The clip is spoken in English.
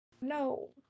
No